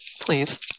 Please